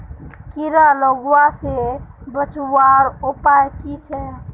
कीड़ा लगवा से बचवार उपाय की छे?